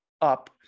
up